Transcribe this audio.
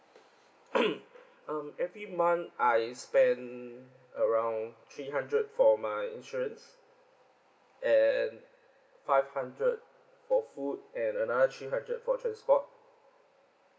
mm every month I spend around three hundred for my insurance and five hundred for food and another three hundred for transport